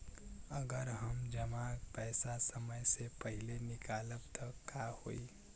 अगर हम जमा पैसा समय से पहिले निकालब त का होई?